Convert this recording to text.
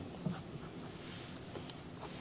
sitten